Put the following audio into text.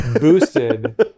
boosted